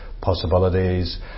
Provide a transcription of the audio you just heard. possibilities